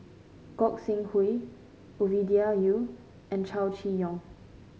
Gog Sing Hooi Ovidia Yu and Chow Chee Yong